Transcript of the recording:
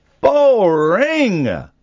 Boring